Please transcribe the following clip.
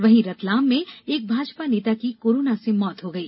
वहीं रतलाम में एक भाजपा नेता की कोरोना से मौत हो गई